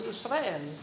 Israel